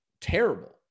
terrible